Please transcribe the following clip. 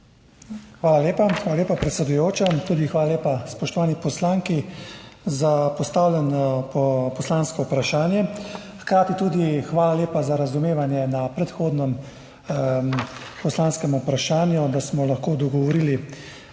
Hvala, predsedujoča. Hvala lepa spoštovani poslanki za postavljeno poslansko vprašanje. Hkrati tudi hvala lepa za razumevanje pri predhodnem poslanskem vprašanju, da smo se lahko dogovorili